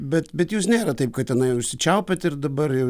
bet bet jūs nera taip kad tenai užsičiaupiat ir dabar jau